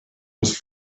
was